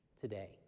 today